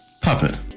Puppet